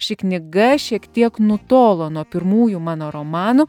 ši knyga šiek tiek nutolo nuo pirmųjų mano romanų